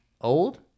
old